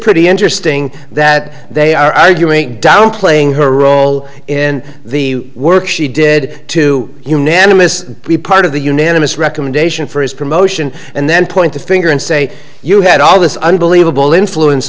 pretty interesting that they are arguing downplaying her role in the work she did to unanimous be part of the unanimous recommendation for his promotion and then point a finger and say you had all this unbelievable influence